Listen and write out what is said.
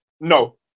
No